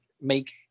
make